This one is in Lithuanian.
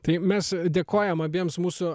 tai mes dėkojam abiems mūsų